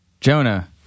Jonah